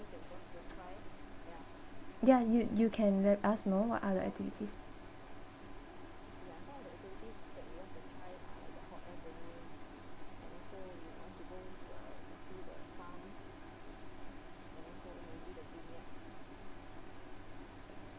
ya you you can let us know what are the activities